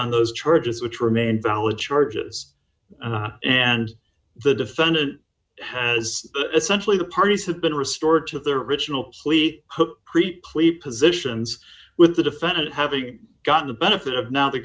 on those charges which remain valid charges and the defendant has essentially the parties have been restored to their original plea replete positions with the defendant having gotten the benefit of now the